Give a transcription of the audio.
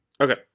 Okay